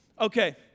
Okay